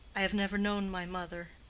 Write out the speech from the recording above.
i have never known my mother.